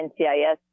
NCIS